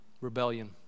rebellion